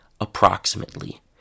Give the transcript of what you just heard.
approximately